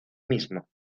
mismo